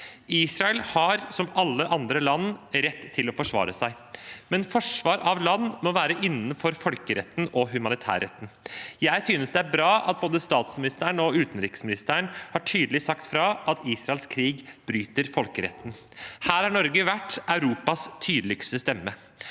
Israel har, som alle andre land, rett til å for svare seg, men forsvar av land må være innenfor folkeretten og humanitærretten. Jeg synes det er bra at både statsministeren og utenriksministeren tydelig har sagt fra at Israels krig bryter folkeretten. Her har Norge vært Europas tydeligste stemme.